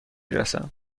رسم